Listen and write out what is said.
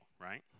right